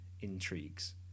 intrigues